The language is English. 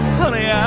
Honey